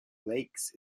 lakes